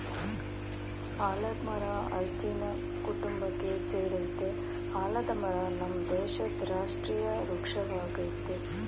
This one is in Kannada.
ಆಲದ್ ಮರ ಹಲ್ಸಿನ ಕುಟುಂಬಕ್ಕೆ ಸೆರಯ್ತೆ ಆಲದ ಮರ ನಮ್ ದೇಶದ್ ರಾಷ್ಟ್ರೀಯ ವೃಕ್ಷ ವಾಗಯ್ತೆ